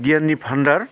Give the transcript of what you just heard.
गियाननि भाण्डार